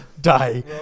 Day